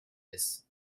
ist